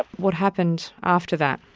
what happened after that?